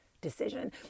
decision